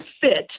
fit